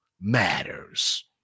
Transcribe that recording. matters